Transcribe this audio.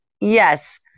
yes